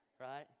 right